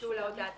ביטול ההודעה.